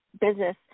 business